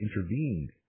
intervened